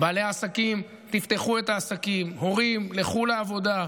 בעלי העסקים, תפתחו את העסקים, הורים, לכו לעבודה,